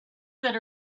that